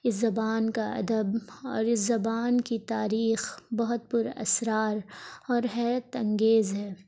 اس زبان كا ادب اور اس زبان كی تاریخ بہت پر اسرار اور حیرت انگیز ہے